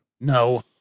No